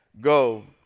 Go